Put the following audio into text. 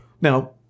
Now